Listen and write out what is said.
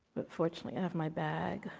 unfortunately i have my bag.